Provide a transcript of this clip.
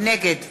נגד